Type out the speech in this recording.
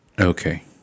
Okay